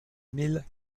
mille